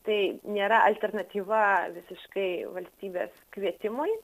tai nėra alternatyva visiškai valstybės kvietimui